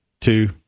two